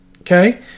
Okay